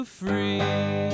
free